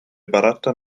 barata